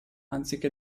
anziché